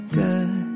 good